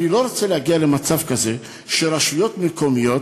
אני לא רוצה להגיע למצב כזה שרשויות מקומיות